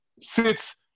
sits